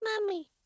Mummy